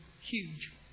huge